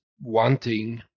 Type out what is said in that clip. wanting